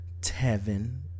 Tevin